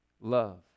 love